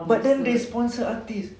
but then they sponsor artist